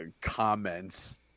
comments